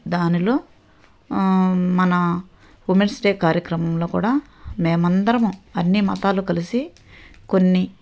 దానిలో మన women's day కార్యక్రమంలో కూడా మేము అందరమూ అన్నీ మతాలు కలిసి కొన్ని